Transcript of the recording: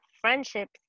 friendships